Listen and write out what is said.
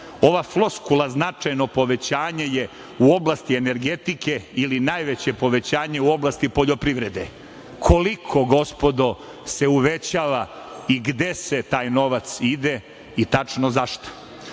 Ova floskula značajno povećanje je u oblasti energetike ili najveće povećanje u oblasti poljoprivrede. Koliko, gospodo, se uvećava i gde sve taj novac ide i tačno za